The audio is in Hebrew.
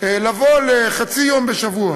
לבוא לחצי יום בשבוע